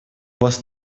вас